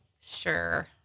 Sure